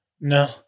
No